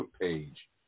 page